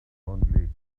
melancholy